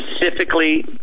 specifically